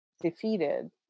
defeated